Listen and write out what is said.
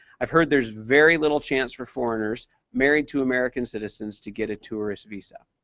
i've heard there's very little chance for foreigners married to american citizens to get a tourist visa.